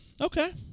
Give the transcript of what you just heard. Okay